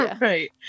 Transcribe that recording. Right